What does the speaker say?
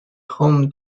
home